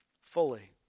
fully